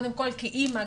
גם כאימא.